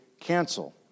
cancel